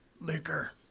liquor